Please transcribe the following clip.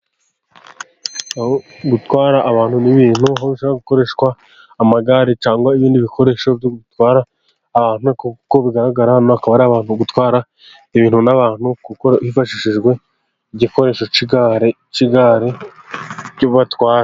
Gutwara abantu n'ibintu, aho bashobora gukoresha amagare cyangwa ibindi bikoresho bitwara abantu, nkuko bigaragara hano hakaba hari abantu bari gutwara ibintu n'abantu kuko hifashishijwe igikoresho cy'igare ryo batwara.